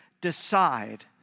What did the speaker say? decide